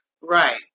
Right